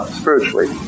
spiritually